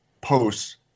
posts